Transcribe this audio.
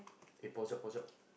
eh pause up pause up